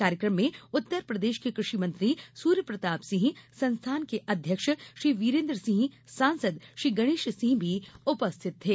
कार्यक्रम में उत्तर प्रदेश के कृषि मंत्री सूर्यप्रताप सिंह संस्थान के अध्यक्ष श्री वीरेन्द्र सिंह सांसद श्री गणेश सिंह भी उपस्थित थे